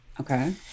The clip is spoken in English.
okay